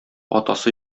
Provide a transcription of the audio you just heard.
атасы